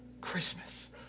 Christmas